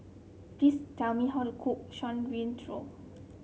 please tell me how to cook Shan Rui Tang